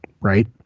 Right